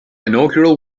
inaugural